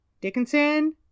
Dickinson